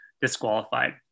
disqualified